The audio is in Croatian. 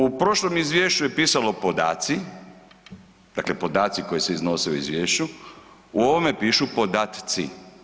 U prošlom izvješću je pisalo podaci, dakle podaci koji se iznose u izvješću, u ovome pišu podatci.